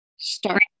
start